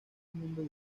mundo